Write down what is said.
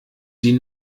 die